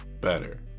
better